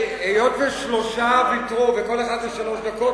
היות ששלושה ויתרו וכל אחד זה שלוש דקות,